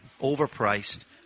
overpriced